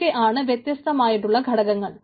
ഇതൊക്കെ ആണ് വ്യത്യസ്തമായുള്ള ഘടകങ്ങൾ